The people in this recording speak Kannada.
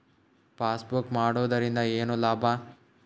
ಪಾಸ್ಬುಕ್ ಮಾಡುದರಿಂದ ಏನು ಲಾಭ?